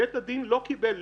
בית הדין לא קיבל,